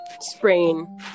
sprain